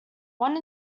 one